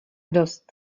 dost